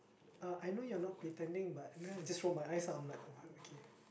uh I know you are not pretending but and then I just roll my eyes I'm like okay